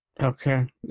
Okay